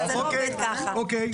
אוקיי.